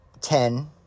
ten